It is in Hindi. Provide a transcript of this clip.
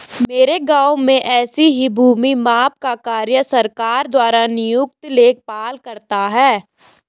मेरे गांव में ऐसे ही भूमि माप का कार्य सरकार द्वारा नियुक्त लेखपाल करता है